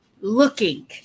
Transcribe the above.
looking